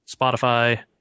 Spotify